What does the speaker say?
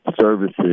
services